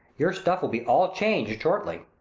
your stuff will be all changed shortly.